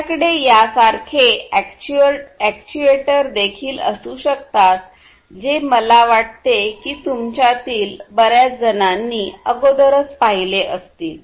आपल्याकडे यासारखे अॅक्ट्युएटर देखील असू शकतात जे मला वाटते की तुमच्यातील बर्याच जणांनी अगोदरच पाहिले असतील